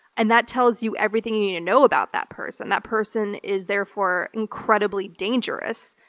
and that tells you everything you need to know about that person that person is therefore incredibly dangerous,